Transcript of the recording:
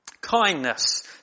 kindness